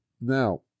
now